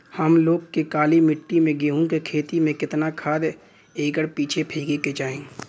हम लोग के काली मिट्टी में गेहूँ के खेती में कितना खाद एकड़ पीछे फेके के चाही?